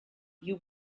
you